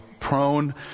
prone